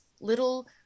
little